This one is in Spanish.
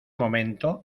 momento